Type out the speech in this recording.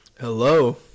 Hello